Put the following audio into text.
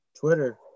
Twitter